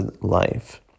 life